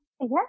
Yes